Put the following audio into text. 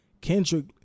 kendrick